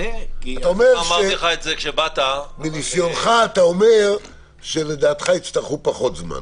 מניסיונך אתה אומר שלדעתך יצטרכו פחות זמן.